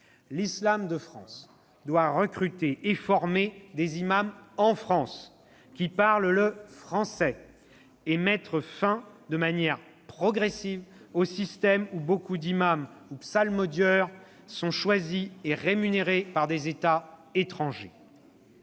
l'islam de France doit recruter et former des imams en France, qui parlent le français, et mettre fin de manière progressive au système où beaucoup d'imams ou psalmodieurs sont choisis et rémunérés par des États étrangers.